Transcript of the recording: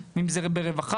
אם זה ברווחה,